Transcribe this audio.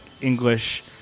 English